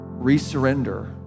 resurrender